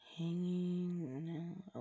Hanging